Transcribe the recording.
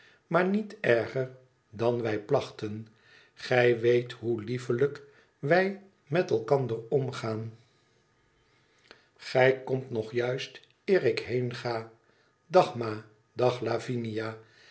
maar niet erger dan wij plachten gij weet hoe liefelijk wij met elkander omgaan gij komt nog juist eer ik heenga dag ma dag lavinia